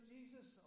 Jesus